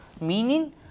Meaning